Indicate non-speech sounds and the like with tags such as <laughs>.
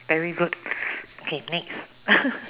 very good okay next <laughs>